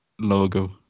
logo